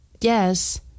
Yes